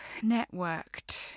networked